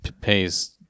pays